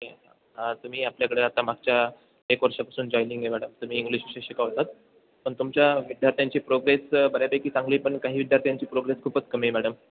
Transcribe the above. ते हां तुम्ही आपल्याकडे आता मागच्या एक वर्षापासून जॉईनिंग आहे मॅडम तुम्ही इंग्लिश विषय शिकवतात पण तुमच्या विद्यार्थ्यांची प्रोग्रेस बऱ्यापैकी चांगली पण काही विद्यार्थ्यांची प्रोग्रेस खूपच कमी आहे मॅडम